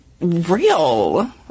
real